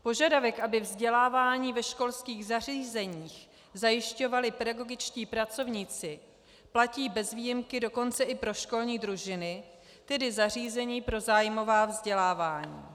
Požadavek, aby vzdělávání ve školských zařízeních zajišťovali pedagogičtí pracovníci, platí bez výjimky dokonce i pro školní družiny, tedy zařízení pro zájmová vzdělávání.